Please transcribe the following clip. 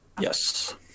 Yes